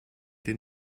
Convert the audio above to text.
den